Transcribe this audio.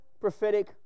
prophetic